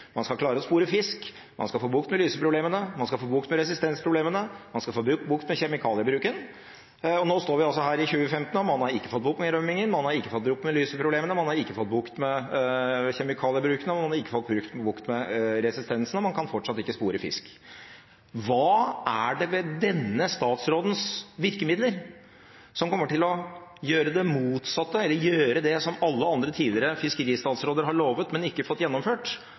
man skal klare å spore fisk, man skal få bukt med luseproblemene, man skal få bukt med resistensproblemene, og man skal få bukt med kjemikaliebruken. Nå står vi altså her i 2015, og man har ikke fått bukt med rømmingen, man har ikke fått bukt med luseproblemene, man har ikke fått bukt med kjemikaliebruken, man har ikke fått bukt med resistensen, og man kan fortsatt ikke spore fisk. Hva er det ved denne statsrådens virkemidler som kommer til å gjøre det motsatte, eller gjøre det som alle andre tidligere fiskeristatsråder har lovet, men ikke fått gjennomført